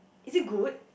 is it good